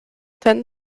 ten